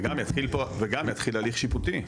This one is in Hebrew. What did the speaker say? יתחיל הליך שיפוטי.